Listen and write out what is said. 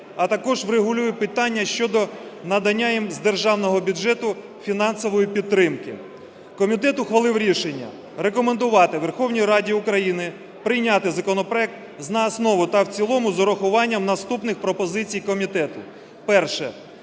а також врегулює питання щодо надання їм з державного бюджету фінансової підтримки. Комітет ухвалив рішення рекомендувати Верховній Раді України прийняти законопроект за основу та в цілому з урахуванням наступних пропозицій комітету. Перше.